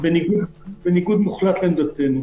-- ובניגוד מוחלט לעמדתנו.